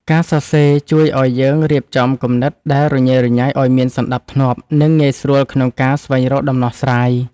ការសរសេរជួយឱ្យយើងរៀបចំគំនិតដែលរញ៉េរញ៉ៃឱ្យមានសណ្ដាប់ធ្នាប់ និងងាយស្រួលក្នុងការស្វែងរកដំណោះស្រាយ។